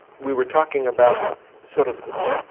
we were talking about sort of the.